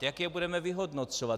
Jak je budeme vyhodnocovat?